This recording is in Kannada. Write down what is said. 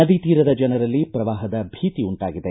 ನದಿ ತೀರದ ಜನರಲ್ಲಿ ಪ್ರವಾಹದ ಭೀತಿ ಉಂಟಾಗಿದೆ